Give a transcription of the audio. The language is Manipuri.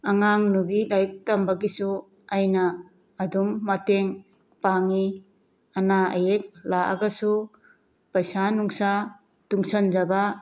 ꯑꯉꯥꯡꯅꯨꯕꯤ ꯂꯥꯏꯔꯤꯛ ꯇꯝꯕꯒꯤꯁꯨ ꯑꯩꯅ ꯑꯗꯨꯝ ꯃꯇꯦꯡ ꯄꯥꯡꯉꯤ ꯑꯅꯥ ꯑꯌꯦꯛ ꯂꯥꯛꯑꯒꯁꯨ ꯄꯩꯁꯥ ꯅꯨꯡꯁꯥ ꯇꯨꯡꯁꯟꯖꯕ